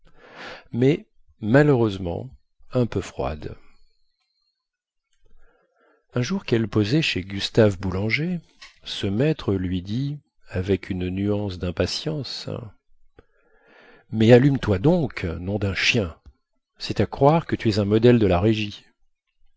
mais malheureusement un peu froide un jour quelle posait chez gustave boulanger ce maître lui dit avec une nuance dimpatience mais allume toi donc nom dun chien cest à croire que tu es un modèle de la régie